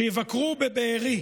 שיבקרו בבארי,